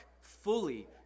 fully